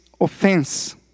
offense